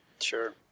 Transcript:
sure